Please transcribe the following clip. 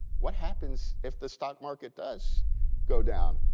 what happens if the stock market does go down?